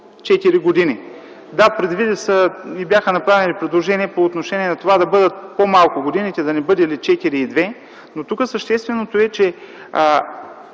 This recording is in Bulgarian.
4 години, да, предвиди се и бяха направени предложения по отношение на това годините да бъдат по-малко – да не бъдели 4 и 2. Тук същественото е, че